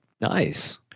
Nice